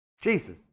Jesus